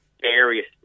various